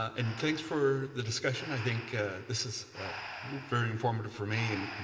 and thanks for the discussion. i think this is very informative for me and and